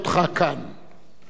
מכובדי חברי הכנסת,